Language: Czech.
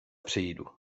přijdu